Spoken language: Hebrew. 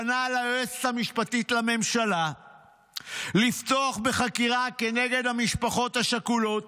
פנה ליועצת המשפטית לממשלה לפתוח בחקירה נגד המשפחות השכולות